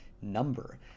number